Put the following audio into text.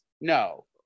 No